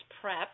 PrEP